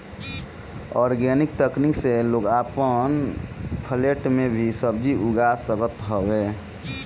organic तकनीक से लोग अपन फ्लैट में भी सब्जी उगा सकत हवे